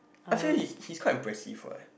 I feel his his quite impressive what